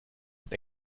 und